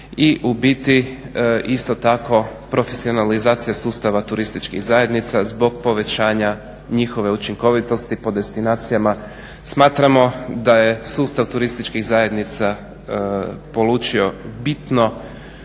i u biti isto tako profesionalizacija sustava turističkih zajednica zbog povećanja njihove učinkovitosti po destinacijama. Smatramo da je sustav turističkih zajednica polučio bitno